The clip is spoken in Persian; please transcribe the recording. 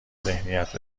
ذهنیت